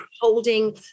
holding